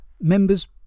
members